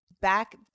back